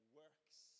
works